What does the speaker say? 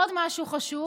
עוד משהו חשוב,